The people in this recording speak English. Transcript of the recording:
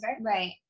right